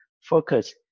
focus